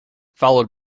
followed